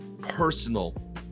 personal